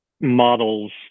models